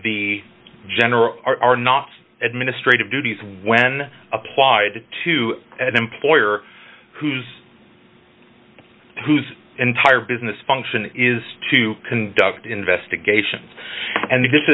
general are not administrative duties when applied to an employer whose whose entire business function is to conduct investigations and